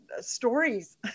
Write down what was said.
stories